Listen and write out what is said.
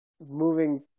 moving